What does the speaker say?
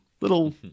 little